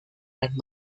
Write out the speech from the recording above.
las